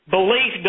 Belief